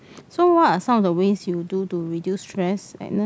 so what are some of the ways you do to reduce stress Agnes